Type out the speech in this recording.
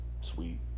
sweet